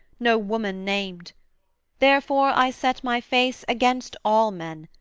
no woman named therefore i set my face against all men,